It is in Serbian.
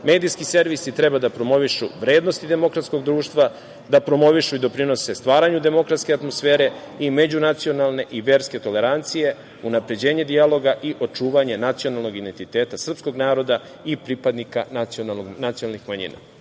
Medijski servisi treba da promovišu vrednosti demokratskog društva, da promovišu i doprinose stvaranju demokratske atmosfere i međunacionalne i verske tolerancije, unapređenje dijaloga i očuvanje nacionalnog identiteta srpskog naroda i pripadnika nacionalnih manjina.